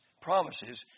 promises